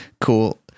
cool